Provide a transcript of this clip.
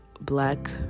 black